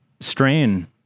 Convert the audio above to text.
strain